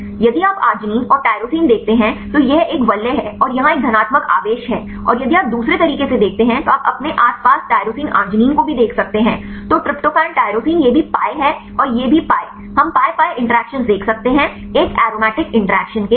यदि आप arginine arginine और टाइरोसिन देखते हैं तो यह एक वलय है और यहाँ यह धनात्मक आवेश है और यदि आप दूसरे तरीके से देखते हैं तो आप अपने आस पास टाइरोसिन आर्जिनिन को भी देख सकते हैं तो ट्रिप्टोफैन टाइरोसिन यह भी pi है और यह भी पाई हम पाई पाई इंटरैक्शन देख सकते हैं एक एरोमेटिक इंटरैक्शन के साथ